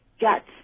guts